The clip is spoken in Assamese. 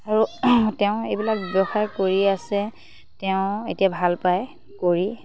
আৰু তেওঁ এইবিলাক ব্যৱসায় কৰি আছে তেওঁ এতিয়া ভাল পায় কৰি